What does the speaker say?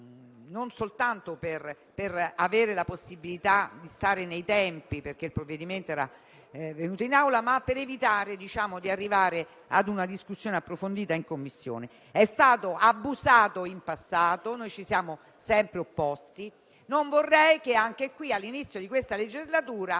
non solo per avere la possibilità di stare nei tempi, perché il provvedimento era venuto in Assemblea, ma anche per evitare di arrivare a una discussione approfondita in Commissione. È stato abusato in passato e noi ci siamo sempre opposti. Non vorrei che, anche all'inizio di questa legislatura